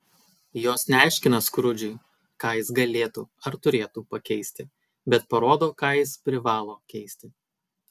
jos neaiškina skrudžui ką jis galėtų ar turėtų pakeisti bet parodo ką jis privalo keisti